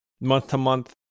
month-to-month